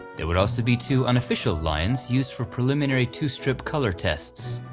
there would also be two unofficial lions used for preliminary two-strip color tests,